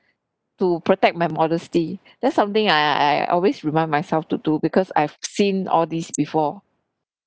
to protect my modesty that's something I I I always remind myself to do because I've seen all these before